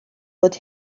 fod